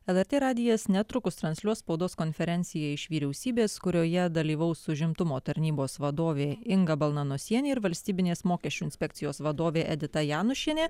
lrt radijas netrukus transliuos spaudos konferenciją iš vyriausybės kurioje dalyvaus užimtumo tarnybos vadovė inga balnanosienė ir valstybinės mokesčių inspekcijos vadovė edita janušienė